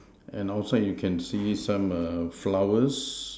and outside you can see some err flowers